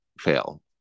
fail